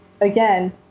Again